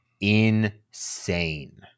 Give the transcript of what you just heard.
insane